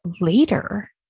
later